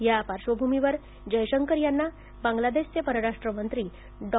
या पार्श्वभूमीवर जयशंकर यांना बाग्लादेशचे परराष्ट्र मंत्री डॉ